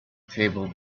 table